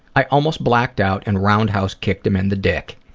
i almost blacked out and roundhouse kicked him in the dick.